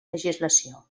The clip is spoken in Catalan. legislació